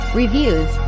reviews